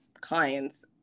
clients